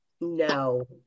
No